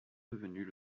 devenues